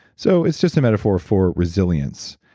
so it's just a metaphor for resilience.